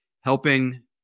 helping